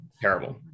terrible